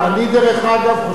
דרך אגב,